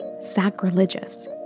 sacrilegious